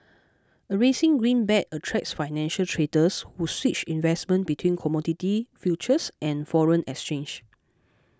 a rising greenback attracts financial traders who switch investments between commodity futures and foreign exchange